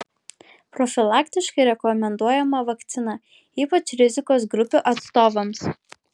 profilaktiškai rekomenduojama vakcina ypač rizikos grupių atstovams